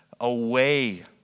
away